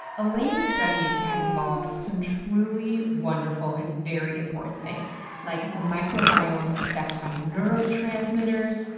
elaine's studies have involved some truly wonderful and very important things like the microbiome's effect on neurotransmitters,